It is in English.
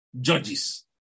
Judges